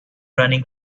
running